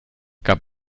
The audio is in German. gab